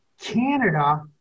Canada